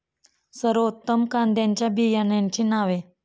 सर्वोत्तम कांद्यांच्या बियाण्यांची नावे?